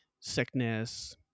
sickness